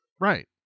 Right